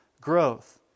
growth